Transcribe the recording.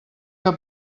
que